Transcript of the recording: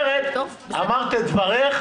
אמרת את דברך.